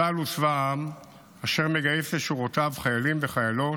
צה"ל הוא צבא העם אשר מגייס לשורותיו חיילים וחיילות